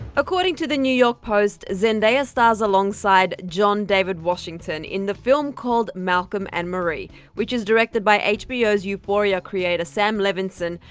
according to the new york post, zendaya stars alongside john david washington in the film called malcolm and marie, which is directed by hbo's euphoria creator sam levinson!